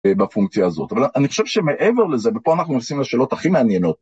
בפונקציה הזאת, אבל אני חושב שמעבר לזה, ופה אנחנו נכנסים לשאלות הכי מעניינות.